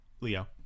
Leo